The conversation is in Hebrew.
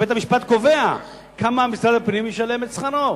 בית-המשפט קובע כמה משרד הפנים ישלם את שכרו.